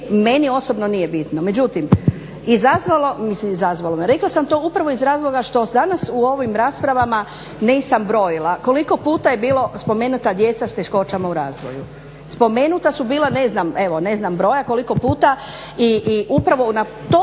meni osobno nije bitno. Međutim, izazvalo, rekla sam to upravo iz razloga što danas u ovom raspravama, nisam brojila koliko puta je bilo spomenuta djeca s teškoćama u razvoju. Spomenuta su bila, ne znam, evo ne znam broja koliko puta i upravo zbog